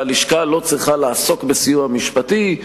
ושהלשכה לא צריכה לעסוק בסיוע משפטי.